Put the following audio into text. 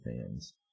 fans